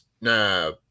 Nah